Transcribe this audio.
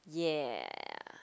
ya